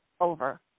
over